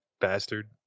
bastard